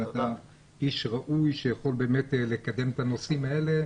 אתה איש ראוי שיכול לקדם את הנושאים האלה.